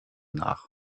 nach